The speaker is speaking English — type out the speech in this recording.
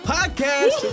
Podcast